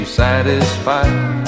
satisfied